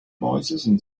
voicesand